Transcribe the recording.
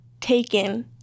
taken